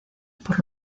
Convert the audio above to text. por